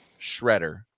shredder